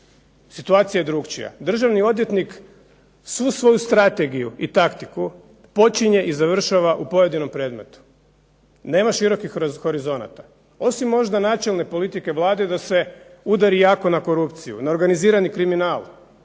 situacija je drukčija. Državni odvjetnik svu svoju strategiju i taktiku počinje i završava u pojedinom predmetu, nema širokih horizonata. Osim možda načelne politike Vlade da se udari jako na korupciju, organizirani kriminal,